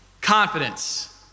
Confidence